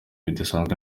bidasanzwe